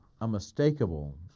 unmistakable